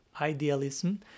idealism